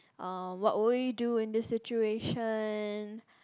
uh what would you do in this situation